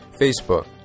Facebook